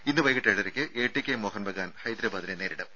ഇന്ന് വൈകീട്ട് ഏഴരക്ക് എടികെ മോഹൻബഗാൻ ഹൈദരാബാദിനെ നേരിടും